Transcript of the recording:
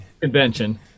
convention